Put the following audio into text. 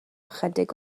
ychydig